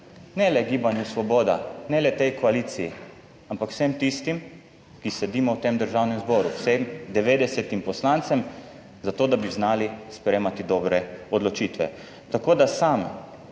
ne le Gibanju Svoboda, ne le tej koaliciji, ampak vsem tistim, ki sedimo v tem Državnem zboru, vsem 90-im poslancem, zato, dabi znali sprejemati dobre odločitve. Tako, da sam